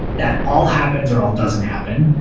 that all happens or all doesn't happen,